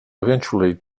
eventually